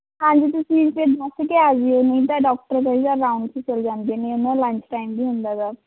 ਹਾਂਜੀ ਤੁਸੀਂ ਫਿਰ ਪੁੱਛ ਕੇ ਆ ਜਿਓ ਨਹੀਂ ਤਾਂ ਡਾਕਟਰ ਕਈ ਵਾਰ ਰਾਊਂਡ 'ਚ ਚਲੇ ਜਾਂਦੇ ਨੇ ਉਹਨਾਂ ਦਾ ਲੰਚ ਟਾਇਮ ਵੀ ਹੁੰਦਾ ਗਾ